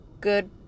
good